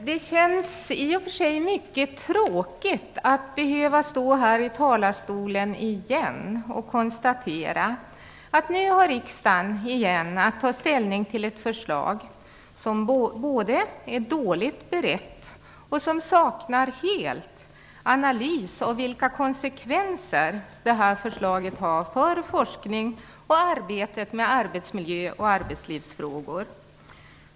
Fru talman! I och för sig känns det mycket tråkigt att behöva stå här i talarstolen och återigen konstatera att riksdagen har att ta ställning till ett förslag som både är dåligt berett och helt saknar en analys av vilka konsekvenser förslaget har för forskningen och arbetet med arbetsmiljö och arbetslivsfrågor.